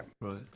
Right